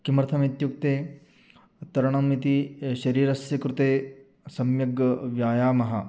किमर्थमित्युक्ते तरणम् इति शरीरस्य कृते सम्यग् व्यायामः